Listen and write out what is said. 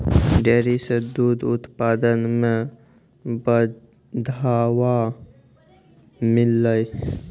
dairy सें दूध उत्पादन म बढ़ावा मिललय